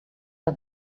are